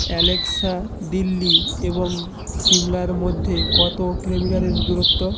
Alexa Delhi এবং শিমলার মধ্যে কত কিলোমিটারের দূরত্ব